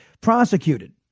prosecuted